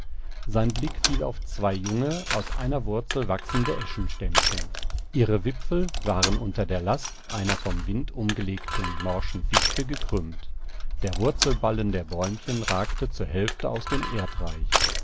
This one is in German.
sein blick fiel auf zwei junge aus einer wurzel wachsende eschenstämmchen ihre wipfel waren unter der last einer vom wind umgelegten morschen fichte gekrümmt der wurzelballen der bäumchen ragte zur hälfte aus dem erdreich